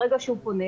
ברגע שהוא פונה,